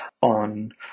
on